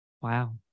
wow